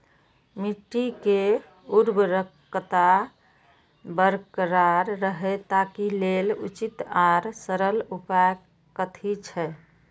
मिट्टी के उर्वरकता बरकरार रहे ताहि लेल उचित आर सरल उपाय कथी छे?